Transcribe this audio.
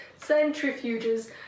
centrifuges